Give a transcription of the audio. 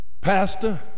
Pastor